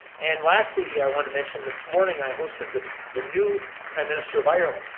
and lastly i wanted to mention, this morning i hosted the the new prime minister of ireland.